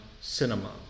Cinema